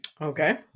Okay